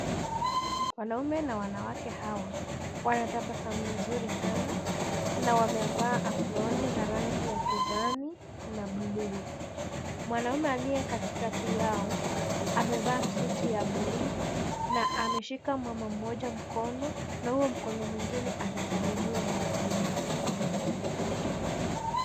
Wanaume na wanawake hawa wanatabasamu nzuri sana na wamevaa aproni za rangi ya kijani na bluu mwanamme aliye katikati yao amevaa suti ya bluu na ameshika mama mmoja mkono na huo mkono mwingine anasalimia mwanamme hapo kando yake.